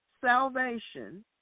salvation